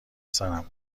سرم